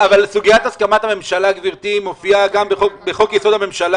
סוגיית הסכמת הממשלה מופיעה גם בחוק-יסוד: הממשלה,